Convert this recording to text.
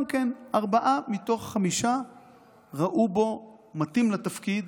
גם כן ארבעה מתוך חמישה ראו בו מתאים לתפקיד,